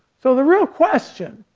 so the real question